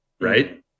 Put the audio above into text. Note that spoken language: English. right